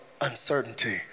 uncertainty